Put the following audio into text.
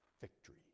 victory